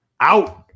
Out